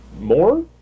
more